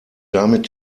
damit